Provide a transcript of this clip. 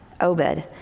Obed